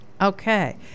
Okay